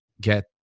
get